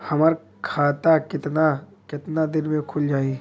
हमर खाता कितना केतना दिन में खुल जाई?